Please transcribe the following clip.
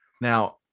now